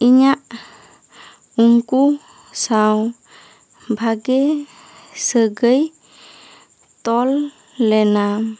ᱤᱧᱟᱹᱜ ᱩᱱᱠᱩ ᱥᱟᱶ ᱵᱷᱟᱹᱜᱮ ᱥᱟᱹᱜᱟᱹᱭ ᱛᱚᱞ ᱞᱮᱱᱟ